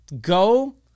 go